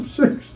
six